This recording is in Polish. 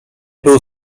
był